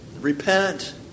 repent